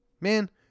Man